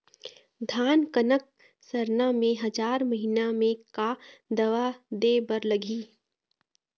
धान कनक सरना मे हजार महीना मे का दवा दे बर लगही?